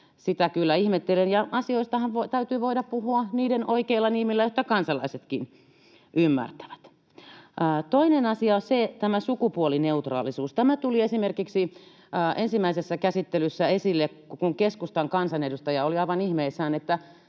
sitä kyllä ihmettelen. Ja asioistahan täytyy voida puhua niiden oikeilla nimillä, jotta kansalaisetkin ymmärtävät. Toinen asia on tämä sukupuolineutraalisuus. Tämä tuli esimerkiksi ensimmäisessä käsittelyssä esille, kun keskustan kansanedustaja oli aivan ihmeissään